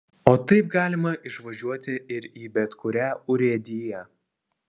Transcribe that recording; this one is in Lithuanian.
o taip galima išvažiuoti ir į bet kurią urėdiją